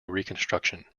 reconstruction